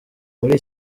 muri